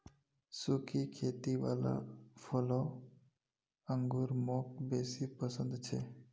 सुखी खेती वाला फलों अंगूर मौक बेसी पसन्द छे